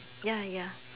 ya ya